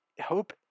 hope